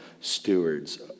stewards